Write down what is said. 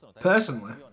personally